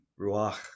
ruach